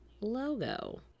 logo